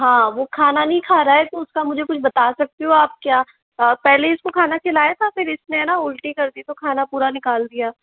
हाँ वो खाना नही खा रहा है तो उसका मुझे कुछ बता सकते हो आप क्या पहले इसको खाना खिलाया था फिर इसने है ना उल्टी कर दी तो खाना पूरा निकाल दिया